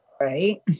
Right